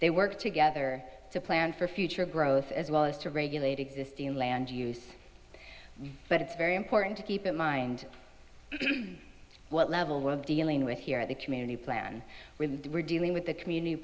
they work together to plan for future growth as well as to regulate existing land use but it's very important to keep in mind what level we're dealing with here the community plan with we're dealing with the community